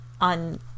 On